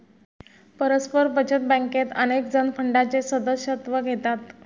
परस्पर बचत बँकेत अनेकजण फंडाचे सदस्यत्व घेतात